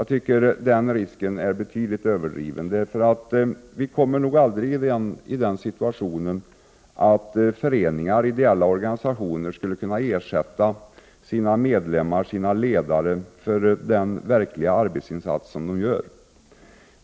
Den risken är betydligt överdriven. Vi kommer nog aldrig i den situationen att föreningar och ideella organisationer kan ersätta sina medlemmar och ledare för den verkliga arbetsinsats dessa gör.